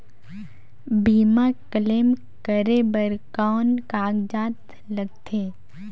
बीमा क्लेम करे बर कौन कागजात लगथे?